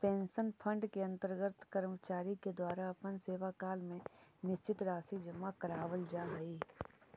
pension fund के अंतर्गत कर्मचारि के द्वारा अपन सेवाकाल में निश्चित राशि जमा करावाल जा हई